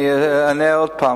אבל אני אענה על זה עוד הפעם.